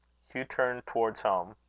hugh turned towards home.